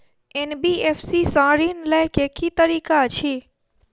NBFC सँ ऋण लय केँ की तरीका अछि?